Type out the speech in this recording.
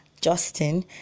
Justin